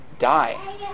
die